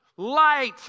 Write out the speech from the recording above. Light